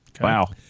wow